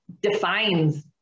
defines